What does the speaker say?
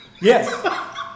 Yes